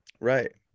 Right